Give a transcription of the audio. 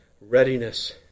readiness